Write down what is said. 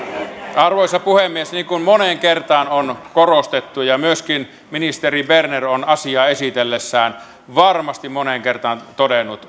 arvoisa puhemies niin kuin moneen kertaan on korostettu ja myöskin ministeri berner on asian esitellessään varmasti moneen kertaan todennut